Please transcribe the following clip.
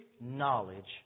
knowledge